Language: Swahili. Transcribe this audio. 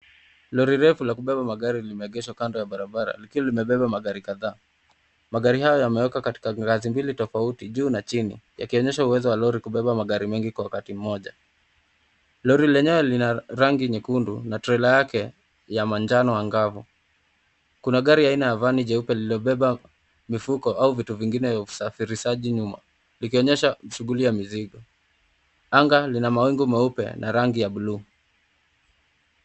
Lori refu la kubeba magari limegeshwa kando ya barabara. Lakini limebeba magari kadhaa. Magari hayo yamewekwa katika ngazi mbili tofauti, juu na chini. Yakionyesha uwezo wa lori kubeba magari mengi kwa wakati mmoja. Lori lenyewe lina rangi nyekundu na trela yake ya manjano angavu. Kuna gari aina ya vani jeupe lililobeba mifuko au vitu vingine vya usafirishaji nyuma. Likionyesha shughuli ya mizigo. Anga lina mawingu meupe na rangi ya blue.